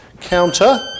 counter